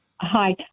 Hi